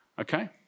okay